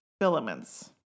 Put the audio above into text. filaments